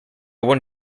want